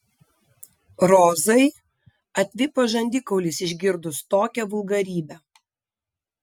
rozai atvipo žandikaulis išgirdus tokią vulgarybę